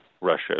Russia